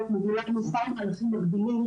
--- אני נאלץ להפסיק כי אנחנו לא מבינים